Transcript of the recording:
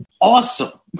awesome